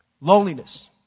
Loneliness